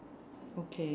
okay